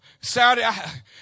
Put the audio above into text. Saturday